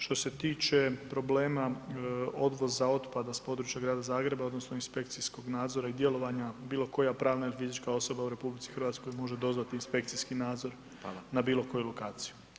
Što se tiče problema odvoza otpada s područja Grada Zagreba odnosno inspekcijskog nadzora i djelovanja, bilo koja pravna ili fizička osoba u RH može dozvati inspekcijski nadzor na bilo koju lokaciju.